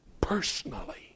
Personally